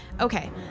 Okay